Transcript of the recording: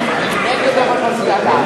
הודעת ראש הממשלה נתקבלה.